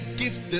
gift